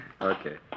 Okay